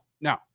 no